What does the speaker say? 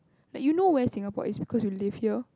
like you know where Singapore is because you live here